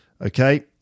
Okay